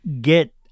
get